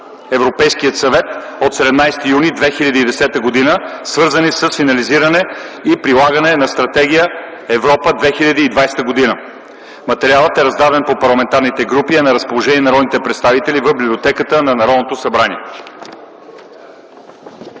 Европейския съвет от 17 юни 2010 г., свързани с финализиране и прилагане на стратегия „Европа 2020 г.”. Материалът е раздаден по парламентарните групи и е на разположение на народните представители в библиотеката на Народното събрание.